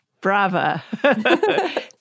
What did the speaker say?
Brava